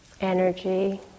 energy